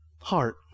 heart